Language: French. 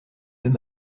deux